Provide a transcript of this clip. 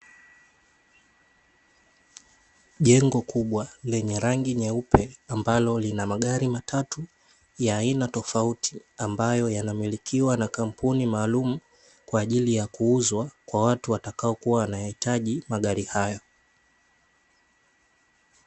Jengo kubwa lenye rangi nyeupe, ambalo lina magari matatu, ya aina tofauti, ambayo yanamilikiwa na kampuni maalumu kwa ajili ya kuuzwa kwa watu watakao kuwa wanayahitaji magari hayo.